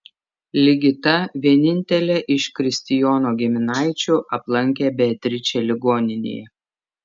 ligita vienintelė iš kristijono giminaičių aplankė beatričę ligoninėje